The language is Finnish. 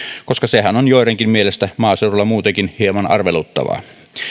koska sehän on joidenkin mielestä maaseudulla muutenkin hieman arveluttavaa